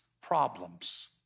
problems